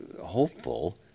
hopeful